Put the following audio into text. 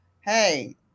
hey